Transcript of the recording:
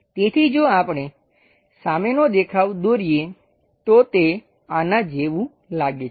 તેથી જો આપણે સામેનો દેખાવ દોરીએ તો તે આના જેવું લાગે છે